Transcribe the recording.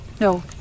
No